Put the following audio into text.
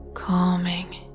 Calming